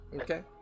Okay